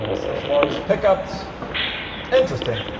ah special artist pickups interesting